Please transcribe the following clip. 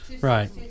Right